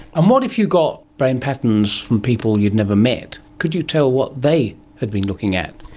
um what if you got brain patterns from people you'd never met? could you tell what they had been looking at?